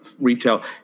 retail